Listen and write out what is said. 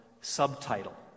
subtitle